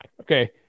Okay